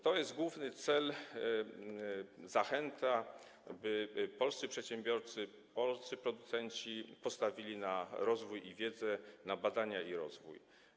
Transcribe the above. To jest główny cel, zachęta by polscy przedsiębiorcy, polscy producenci postawili na rozwój i wiedzę, na badania i rozwój.